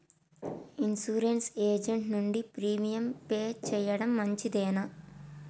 Insurance agent నుండి premium pay చేయడం మంచిదేనా?